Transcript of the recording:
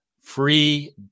free